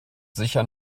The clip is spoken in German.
sicher